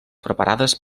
preparades